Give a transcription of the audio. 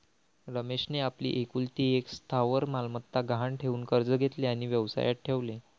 रमेशने आपली एकुलती एक स्थावर मालमत्ता गहाण ठेवून कर्ज घेतले आणि व्यवसायात ठेवले